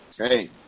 Okay